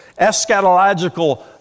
eschatological